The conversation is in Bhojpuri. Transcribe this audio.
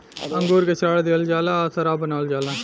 अंगूर के सड़ा दिहल जाला आ शराब बनावल जाला